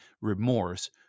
remorse